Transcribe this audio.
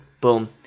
Boom